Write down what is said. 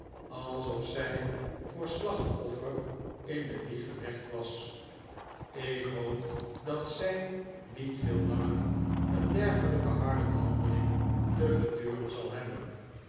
alsof zij voor slachtoffer in de wieg gelegd was ik hoop dat zij niet veel langer een dergelijke harde behandeling te verduren zal hebben